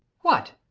what?